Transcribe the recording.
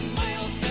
miles